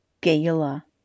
gala